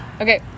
Okay